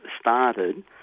started